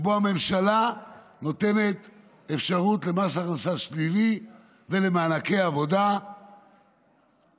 שבו הממשלה נותנת אפשרות למס הכנסה שלילי ולמענקי עבודה לאוכלוסייה.